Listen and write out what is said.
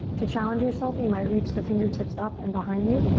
to challenge yourself you might reach the fingertips up and behind you,